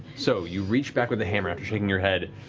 so you reach back with the hammer after shaking your head,